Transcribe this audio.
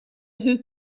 who